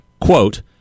quote